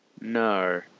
No